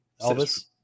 elvis